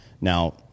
Now